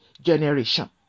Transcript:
generation